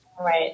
Right